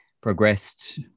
progressed